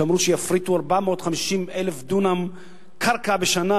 שאמרו שיפריטו 450,000 דונם קרקע בשנה,